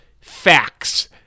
facts